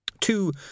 Two